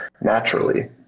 naturally